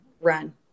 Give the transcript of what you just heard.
run